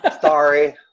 sorry